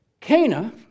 Cana